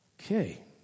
okay